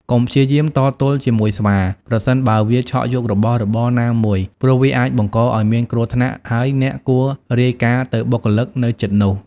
កុំព្យាយាមតទល់ជាមួយស្វា ប្រសិនបើវាឆក់យករបស់របរណាមួយ ព្រោះវាអាចបង្កឱ្យមានគ្រោះថ្នាក់ ហើយអ្នកគួររាយការណ៍ទៅបុគ្គលិកនៅជិតនោះ។